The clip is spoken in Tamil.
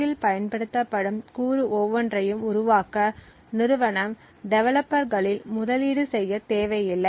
யில் பயன்படுத்தப்படும் கூறு ஒவ்வொன்றையும் உருவாக்க நிறுவனம் டெவலப்பர்களில் முதலீடு செய்யத் தேவையில்லை